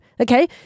Okay